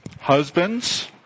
Husbands